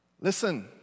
Listen